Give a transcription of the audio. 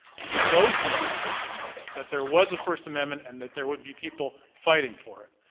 to the notion of the first amendment, that there was a first amendment and that there would be people fighting for it.